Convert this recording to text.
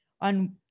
on